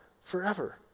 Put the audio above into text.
forever